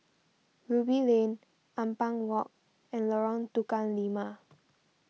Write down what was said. Ruby Lane Ampang Walk and Lorong Tukang Lima